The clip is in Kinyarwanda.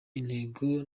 intego